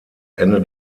ende